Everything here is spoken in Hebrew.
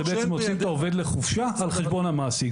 מוציאים את העובד לחופשה על חשבון המעסיק,